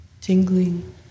tingling